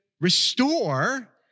restore